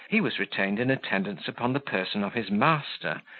he was retained in attendance upon the person of his master,